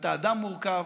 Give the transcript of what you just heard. אתה אדם מורכב,